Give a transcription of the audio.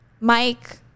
Mike